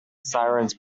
sirens